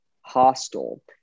hostile